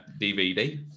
DVD